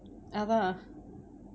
அதான்:athaan